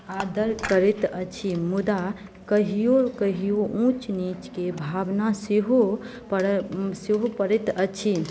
आदर करैत अछि मुदा कहियो कहियो ऊँच नीचके भावना सेहो पड़ै सेहो पड़ैत अछि